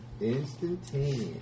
Instantaneous